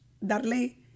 darle